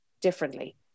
differently